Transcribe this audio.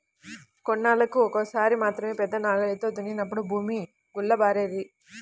కొన్నేళ్ళకు ఒక్కసారి మాత్రమే పెద్ద నాగలితో దున్నినప్పుడు భూమి గుల్లబారేది